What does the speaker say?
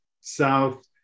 south